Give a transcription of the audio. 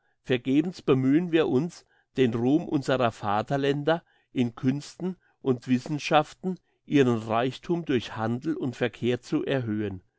vergebens bemühen wir uns den ruhm unserer vaterländer in künsten und wissenschaften ihren reichthum durch handel und verkehr zu erhöhen